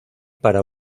para